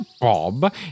Bob